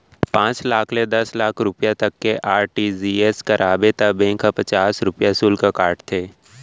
पॉंच लाख ले दस लाख रूपिया तक के आर.टी.जी.एस कराबे त बेंक ह पचास रूपिया सुल्क काटथे